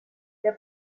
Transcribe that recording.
der